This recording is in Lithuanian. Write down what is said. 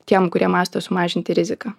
tiem kurie mąsto sumažinti riziką